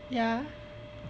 yeah